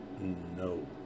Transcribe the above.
No